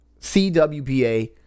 CWPA